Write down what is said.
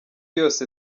yose